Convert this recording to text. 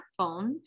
smartphone